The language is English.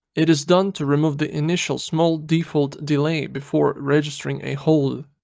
it is done to remove the initial small default delay before regestering a hold.